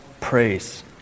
praise